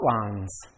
lines